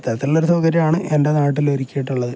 ഇത്തത്തിലുള്ള ഒരു സൗകര്യമാണ് എൻ്റെ നാട്ടിൽ ഒരിക്കി യിട്ടുള്ളത്